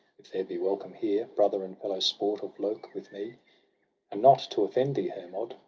there be welcome here, brother and fellow-sport of lok with me! and not to offend thee, hermod,